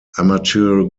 amateur